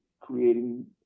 creating